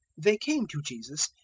they came to jesus,